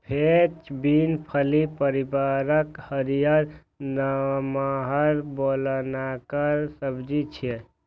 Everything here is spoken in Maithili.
फ्रेंच बीन फली परिवारक हरियर, नमहर, बेलनाकार सब्जी छियै